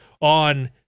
on